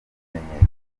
ibimenyetso